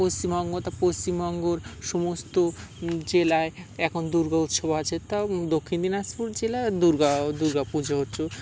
পশ্চিমবঙ্গ তা পশ্চিমবঙ্গর সমস্ত জেলায় এখন দুর্গা উৎসব আছে তাও দক্ষিণ দিনাজপুর জেলায় দুর্গা দুর্গা পুজো হচ্ছে